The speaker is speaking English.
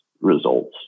results